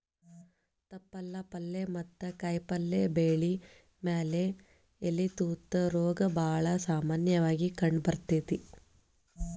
ತಪ್ಪಲ ಪಲ್ಲೆ ಮತ್ತ ಕಾಯಪಲ್ಲೆ ಬೆಳಿ ಮ್ಯಾಲೆ ಎಲಿ ತೂತ ರೋಗ ಬಾಳ ಸಾಮನ್ಯವಾಗಿ ಕಂಡಬರ್ತೇತಿ